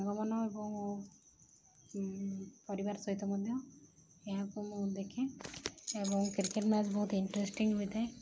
ସାଙ୍ଗମାନ ଏବଂ ପରିବାର ସହିତ ମଧ୍ୟ ଏହାକୁ ମୁଁ ଦେଖେ ଏବଂ କ୍ରିକେଟ ମ୍ୟାଚ୍ ବହୁତ ଇଣ୍ଟରେଷ୍ଟିଂ ହୋଇଥାଏ